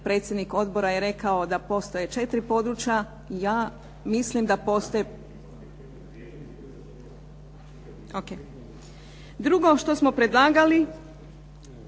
predsjednik odbora je rekao da postoje četiri područja. Ja mislim da postoje ... .../Upadica sa strane,